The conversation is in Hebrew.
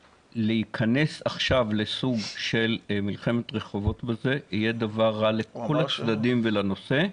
להיכנס עכשיו לסוג של מלחמת רחובות בזה יהיה דבר רע לכל הצדדים ולנושא.